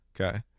okay